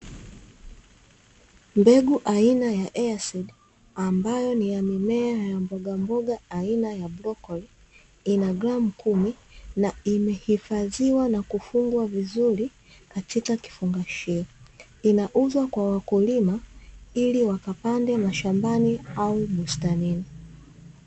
Mbegu aina ya "EASEED" ambayo ni ya mimea ya mbogamboga aina ya brokoli, ina gramu kumi na imehifadhiwa na kufungwa vizuri katika kifungashio. Inauzwa kwa wakulima ili wakapande mashambani au bustanini.